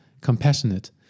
compassionate